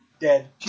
Dead